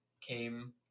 came